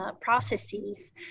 processes